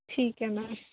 ਠੀਕ ਹੈ ਮੈਮ